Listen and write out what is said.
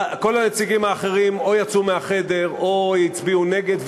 כל הנציגים האחרים או יצאו מהחדר או הצביעו נגד,